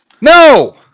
No